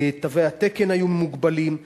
תווי התקן היו מוגבלים.